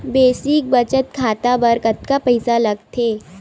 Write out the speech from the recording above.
Basic बचत खाता बर कतका पईसा लगथे?